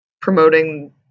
promoting